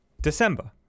December